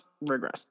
regress